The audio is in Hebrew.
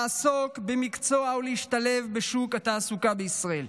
לעסוק במקצוע או להשתלב בשוק התעסוקה בישראל.